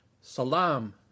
salam